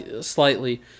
slightly